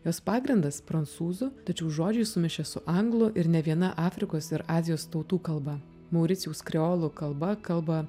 jos pagrindas prancūzų tačiau žodžiai sumišę su anglų ir ne viena afrikos ir azijos tautų kalba mauricijaus kreolų kalba kalba